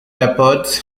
leopards